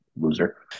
loser